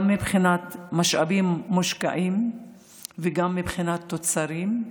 גם מבחינת משאבים מושקעים וגם מבחינת תוצרים,